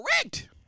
Correct